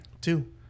two